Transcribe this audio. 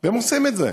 והם עושים את זה.